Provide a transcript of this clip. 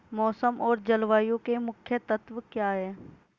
मौसम और जलवायु के मुख्य तत्व क्या हैं?